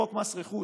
חוק מס רכוש,